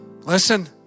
listen